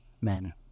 men